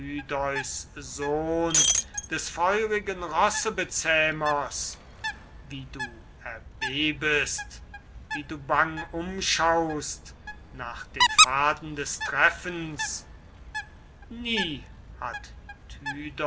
sohn des feurigen rossebezähmers wie du erbebst wie du bang umschaust nach den pfaden des treffens nie hat